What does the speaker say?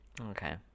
Okay